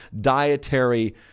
dietary